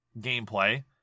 gameplay